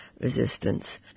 resistance